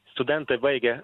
studentai baigia